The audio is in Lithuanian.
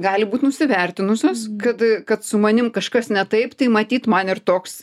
gali būt nusivertinusios kad kad su manim kažkas ne taip tai matyt man ir toks